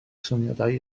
syniadau